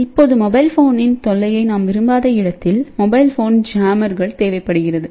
இப்போது மொபைல் ஃபோனின் தொல்லையை நாம் விரும்பாத இடத்தில் மொபைல் ஃபோன் ஜாமர்கள் தேவைப்படுகிறது